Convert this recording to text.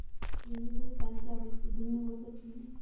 premium भुगतान की आवृत्ति भिन्न हो सकती है